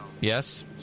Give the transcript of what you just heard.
Yes